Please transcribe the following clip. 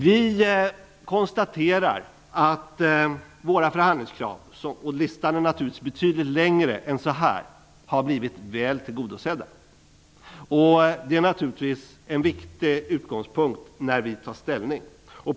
Vi konstaterar att våra förhandlingskrav -- och listan är naturligtvis betydligt längre än så här -- har blivit väl tillgodosedda. Det är en viktig utgångspunkt när vi tar ställning.